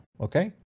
okay